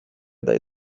dai